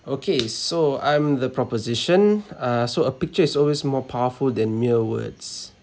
okay so I'm the proposition uh so a picture is always more powerful than mere words